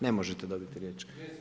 Ne možete dobiti riječ.